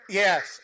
yes